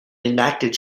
enacted